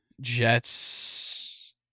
Jets